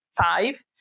five